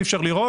אי אפשר לראות.